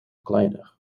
kleiner